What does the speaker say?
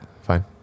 Fine